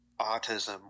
autism